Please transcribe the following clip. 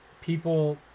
people